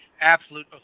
absolute